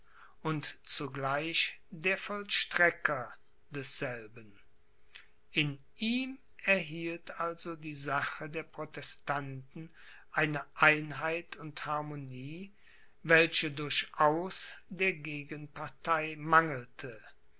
und zugleich der vollstrecker desselben in ihm erhielt also die sache der protestanten eine einheit und harmonie welche durchaus der gegenpartei mangelte